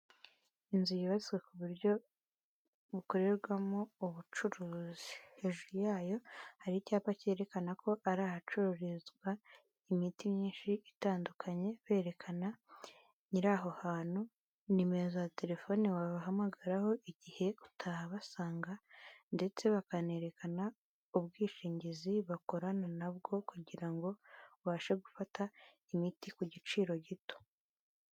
Inzu yubatswe ku buryo bukorerwamo ubucuruzi. Hejuru yayo hari icyapa cyerekana ko ari ahacururizwa imiti myinshi itandukanye, berekana nyiri aho hantu, nimero za telefone wabahamagararaho igihe utahabasanga, ndetse bakanerekana ubwishingizi bakorana na bwo kugira ngo ubashe gufata imiti ku giciro gito.